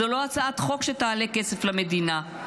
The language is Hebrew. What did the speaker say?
זו לא הצעת חוק שתעלה כסף למדינה.